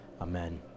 Amen